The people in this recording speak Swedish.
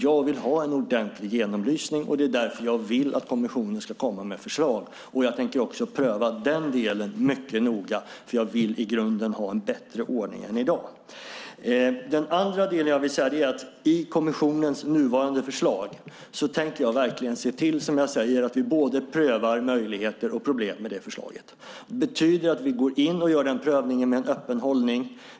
Jag vill ha en ordentlig genomlysning, och det är därför jag vill att kommissionen ska komma med förslag. Jag tänker också pröva den delen mycket noga, för jag vill i grunden ha en bättre ordning än i dag. Den andra delen är att i kommissionens nuvarande förslag tänker jag verkligen se till, som jag säger, att vi prövar både möjligheter och problem med det förslaget. Det betyder att vi går in och gör den prövningen med en öppen hållning.